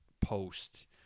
post